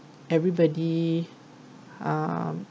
everybody um